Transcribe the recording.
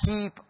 keep